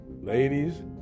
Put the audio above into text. ladies